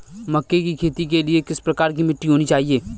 मक्के की खेती के लिए किस प्रकार की मिट्टी होनी चाहिए?